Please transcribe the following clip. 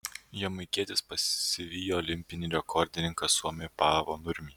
jamaikietis pasivijo olimpinį rekordininką suomį paavo nurmį